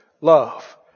Love